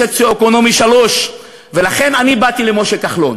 בסוציו-אקונומי 3. ולכן אני באתי למשה כחלון,